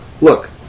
look